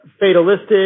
fatalistic